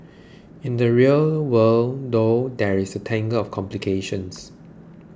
in the real world though there's a tangle of complications